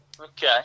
Okay